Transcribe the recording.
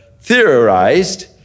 theorized